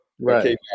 Right